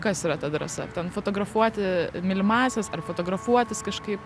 kas yra ta drąsa ten fotografuoti mylimąsias ar fotografuotis kažkaip